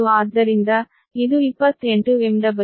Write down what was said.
ಆದ್ದರಿಂದ ಇದು 28 MW